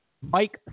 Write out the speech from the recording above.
Mike